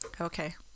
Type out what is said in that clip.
okay